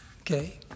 Okay